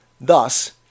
Thus